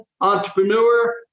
entrepreneur